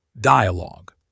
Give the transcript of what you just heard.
Dialogue